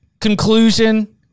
conclusion